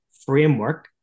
framework